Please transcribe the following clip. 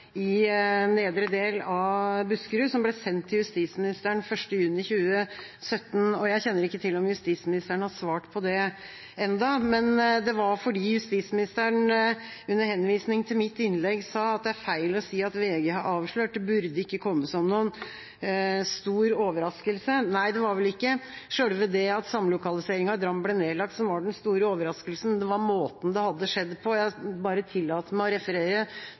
i nedre del av Buskerud. Det ble sendt til justisministeren 1. juni 2017. Jeg vet ikke om justisministeren har svart på det ennå, men under henvisning til mitt innlegg sa justisministeren at det var feil å si at VG hadde avslørt det, og at det ikke burde komme som noen stor overraskelse. Det var ikke det at samlokaliseringen i Drammen ble nedlagt, som var den store overraskelsen – det var måten det skjedde på. Jeg tillater meg å referere